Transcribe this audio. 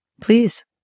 Please